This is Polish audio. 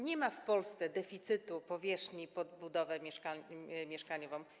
Nie ma w Polsce deficytu powierzchni pod budowę mieszkaniową.